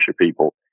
people